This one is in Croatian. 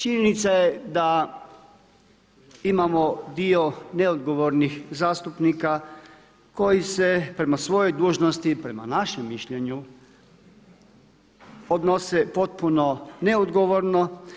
Činjenica je da imamo dio neodgovornih zastupnika koji se prema svojoj dužnosti, prema našem mišljenju, odnose potpuno neodgovorno.